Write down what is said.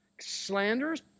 slanders